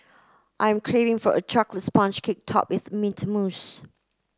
I'm craving for a chocolate sponge cake topped with mint mousse